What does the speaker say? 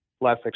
less